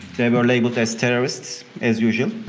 they were labelled as terrorists, as usual